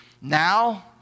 Now